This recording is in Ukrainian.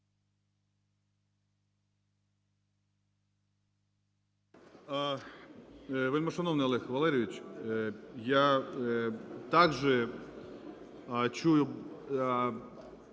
Вельмишановний Олег Валерійович, я також чую